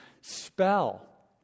spell